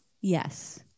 yes